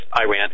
Iran